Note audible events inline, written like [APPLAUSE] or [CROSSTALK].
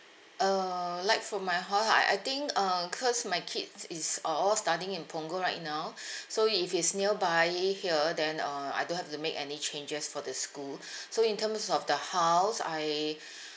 uh like for my hou~ I I think uh cause my kids is uh all studying in punggol right now [BREATH] so if it's nearby here then uh I don't have to make any changes for the school [BREATH] so in terms of the house I [BREATH]